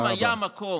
אם היה מקום,